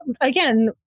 again